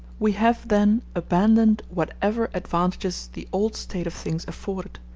we have, then, abandoned whatever advantages the old state of things afforded,